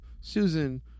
Susan